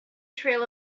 trail